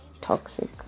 toxic